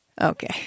Okay